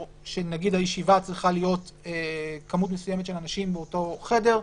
או שנגיד בישיבה צריכה להיות כמות מסוימת של אנשים באותו חדר,